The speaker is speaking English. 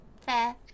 fair